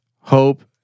hope